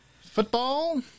football